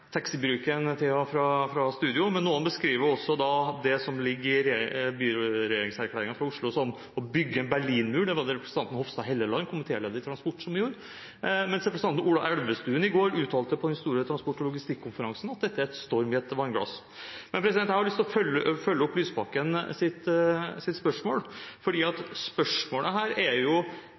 taxibruken til og fra studio, men noen beskriver også det som ligger i byregjeringserklæringen for Oslo, som å bygge en berlinmur – det var det representanten Linda C. Hofstad Helleland, leder i transportkomiteen, som gjorde – mens representanten Ola Elvestuen i går uttalte på den store Transport & logistikk-konferansen at dette er en storm i et vannglass. Jeg har lyst til å følge opp Lysbakkens spørsmål, for spørsmålet er jo: